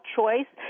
choice